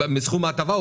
על סכום ההטבה או